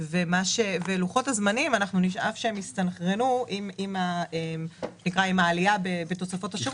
אנחנו נדאג שלוחות הזמנים יסתנכרנו עם העלייה בתוספות השירות.